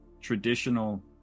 Traditional